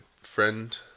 friend